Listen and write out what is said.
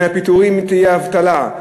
מהפיטורים תהיה אבטלה,